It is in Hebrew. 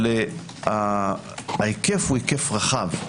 אבל ההיקף הוא רחב.